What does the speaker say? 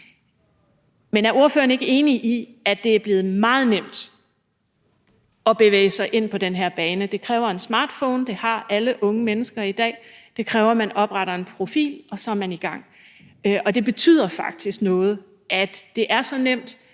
men er ordføreren ikke enig i, at det er blevet meget nemt at bevæge sig ind på den her bane? Det kræver en smartphone, og det har alle unge mennesker i dag. Det kræver, at man opretter en profil, og så er man i gang. Og det betyder faktisk noget, at det er så nemt,